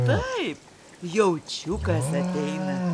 taip jaučiukas ateina